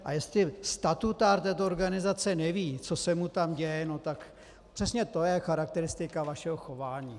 A jestli statutár této organizace neví, co se mu tam děje, tak přesně to je charakteristika vašeho chování.